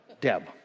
Deb